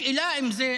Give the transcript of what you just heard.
השאלה אם זה,